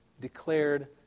declared